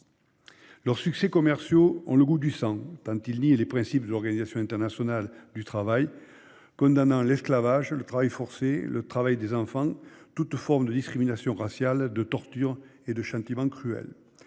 Leurs succès commerciaux ont le goût du sang, tant ils nient les principes de l'OIT, qui condamnent l'esclavage, le travail forcé, le travail des enfants, toutes formes de discrimination raciale, de torture et de châtiments cruels.